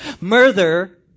Murder